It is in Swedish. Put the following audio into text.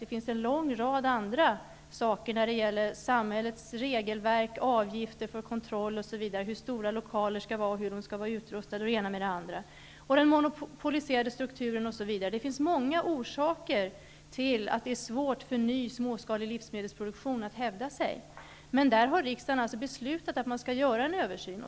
Det finns en lång rad andra saker när det gäller samhällets regelverk, avgifter för kontroll osv., hur stora lokaler skall vara, hur de skall vara utrustade och det ena med det andra, den monopoliserade strukturen osv. Det finns många orsaker till att det är svårt för ny småskalig livsmedelsproduktion att hävda sig. Riksdagen har beslutat att man skall göra en översyn.